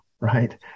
right